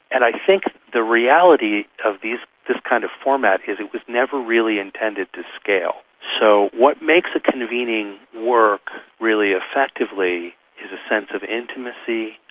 and i think the reality of this kind of format is it was never really intended to scale. so what makes a convening work really effectively is a sense of intimacy,